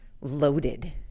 loaded